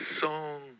song